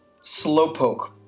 Slowpoke